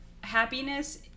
happiness